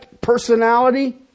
personality